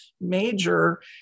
major